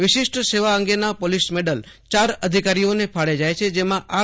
વિશિષ્ટ સેવા અંગેના પોલીસ મેડલ ચાર અધિકારીઓને ફાળે જાય છે જેમાં આર